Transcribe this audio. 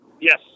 Yes